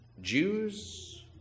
Jews